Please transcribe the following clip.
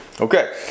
Okay